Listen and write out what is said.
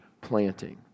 planting